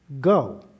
go